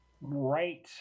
right